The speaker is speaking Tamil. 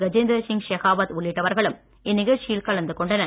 கஜேந்திர சிங் ஷெகாவத் உள்ளிட்டவர்களும் நிகழ்ச்சியில் கலந்து கொண்டனர்